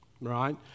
right